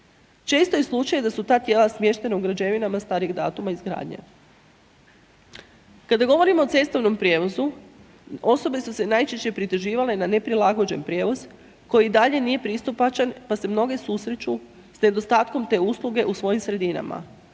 Često je slučaj da su ta tijela smještena u građevinama starijeg datuma izgradnje. Kada govorimo o cestovnom prijevozu, osobe su se najčešće prituživale na neprilagođen prijevoz, koji i dalje nije pristupačan, pa se mnogi susreću s nedostatkom te usluge u svojim sredinama,